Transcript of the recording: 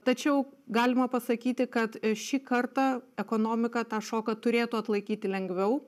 tačiau galima pasakyti kad šį kartą ekonomika tą šoką turėtų atlaikyti lengviau